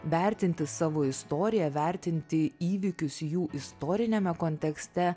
vertinti savo istoriją vertinti įvykius jų istoriniame kontekste